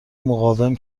مقاوم